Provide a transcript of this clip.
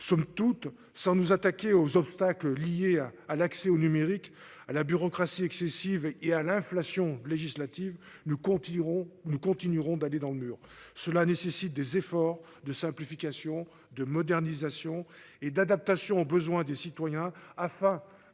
somme toute sans nous attaquer aux obstacles liés à l'accès au numérique à la bureaucratie excessive et à l'inflation législative, nous continuerons, nous continuerons d'aller dans le mur. Cela nécessite des efforts de simplification, de modernisation et d'adaptation aux besoins des citoyens afin de